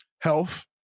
Health